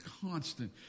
constant